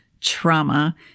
trauma